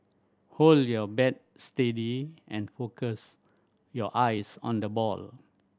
hold your bat steady and focus your eyes on the ball